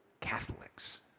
Catholics